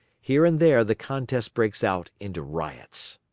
here and there the contest breaks out into riots.